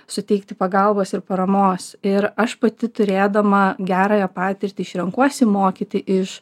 suteikti pagalbos ir paramos ir aš pati turėdama gerąją patirtį iš renkuosi mokyti iš